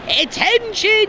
Attention